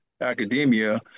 academia